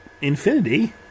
infinity